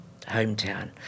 hometown